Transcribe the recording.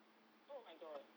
oh my god